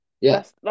Yes